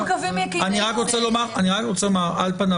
אני רק רוצה לומר על פניו,